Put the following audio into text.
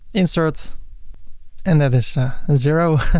insert and that is zero.